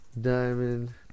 Diamond